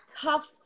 cuff